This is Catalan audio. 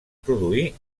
produir